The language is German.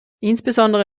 insbesondere